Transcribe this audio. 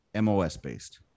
MOS-based